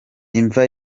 imva